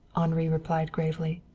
henri replied gravely.